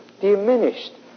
diminished